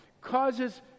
causes